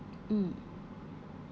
mm